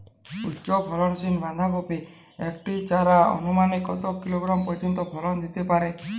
উচ্চ ফলনশীল বাঁধাকপির একটি চারা আনুমানিক কত কিলোগ্রাম পর্যন্ত ফলন দিতে পারে?